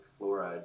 fluoride